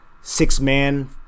six-man